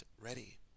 ready